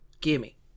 Gimme